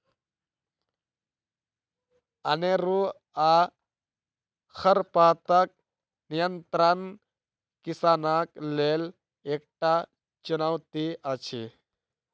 अनेरूआ खरपातक नियंत्रण किसानक लेल एकटा चुनौती अछि